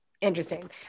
interesting